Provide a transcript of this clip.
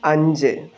അഞ്ച്